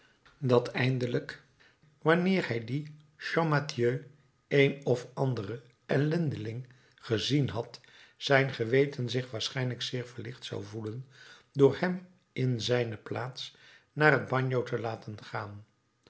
dat eindelijk wanneer hij dien champmathieu een of anderen ellendeling gezien had zijn geweten zich waarschijnlijk zeer verlicht zou voelen door hem in zijne plaats naar het bagno te laten gaan